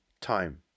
time